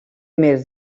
més